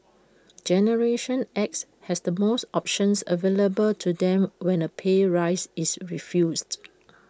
generation X has the most options available to them when A pay rise is refused